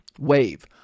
wave